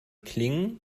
klingen